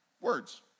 words